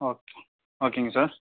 okay ஓகேங்க sir